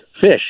fish